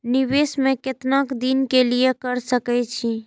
निवेश में केतना दिन के लिए कर सके छीय?